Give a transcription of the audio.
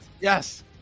Yes